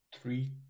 three